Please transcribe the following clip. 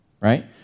right